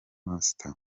master